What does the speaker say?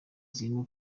zirimo